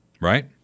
right